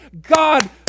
God